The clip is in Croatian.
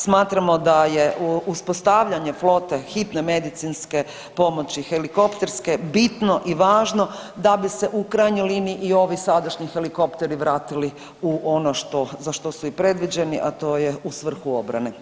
Smatramo da je uspostavljanje flote hitne medicinske pomoći helikopterske bitno i važno da bi se u krajnjoj liniji i ovi sadašnji helikopteri vratili u ono za što su i predviđeni, a to je svrhu obrane.